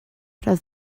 roedd